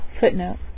Footnote